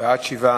יתקבל.